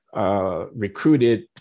recruited